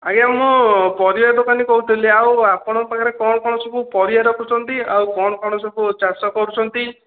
ଆଜ୍ଞା ମୁଁ ପରିବା ଦୋକାନୀ କହୁଥିଲି ଆଉ ଆପଣଙ୍କ ପାଖରେ କ'ଣ କ'ଣ ସବୁ ପରିବା ରଖୁଛନ୍ତି ଆଉ କ'ଣ କ'ଣ ସବୁ ଚାଷ କରୁଛନ୍ତି